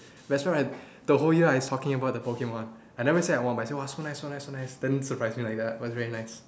that's why I the whole year I was talking about the Pokemon I never say I want but I say !wah! so nice so nice so nice then surprise me like that it was very nice